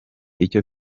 icyo